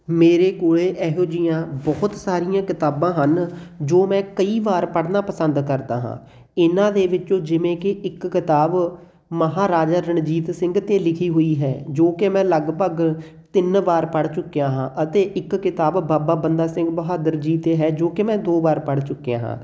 ਮੇਰੇ ਕੋਲ ਇਹੋ ਜਿਹੀਆਂ ਬਹੁਤ ਸਾਰੀਆਂ ਕਿਤਾਬਾਂ ਹਨ ਜੋ ਮੈਂ ਕਈ ਵਾਰ ਪੜ੍ਹਨਾ ਪਸੰਦ ਕਰਦਾ ਹਾਂ ਇਹਨਾਂ ਦੇ ਵਿੱਚੋਂ ਜਿਵੇਂ ਕਿ ਇੱਕ ਕਿਤਾਬ ਮਹਾਰਾਜਾ ਰਣਜੀਤ ਸਿੰਘ 'ਤੇ ਲਿਖੀ ਹੋਈ ਹੈ ਜੋ ਕਿ ਮੈਂ ਲਗਭਗ ਤਿੰਨ ਵਾਰ ਪੜ੍ਹ ਚੁੱਕਿਆ ਹਾਂ ਅਤੇ ਇੱਕ ਕਿਤਾਬ ਬਾਬਾ ਬੰਦਾ ਸਿੰਘ ਬਹਾਦਰ ਜੀ 'ਤੇ ਹੈ ਜੋ ਕਿ ਮੈਂ ਦੋ ਵਾਰ ਪੜ੍ਹ ਚੁੱਕਿਆ ਹਾਂ